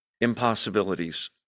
impossibilities